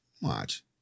Watch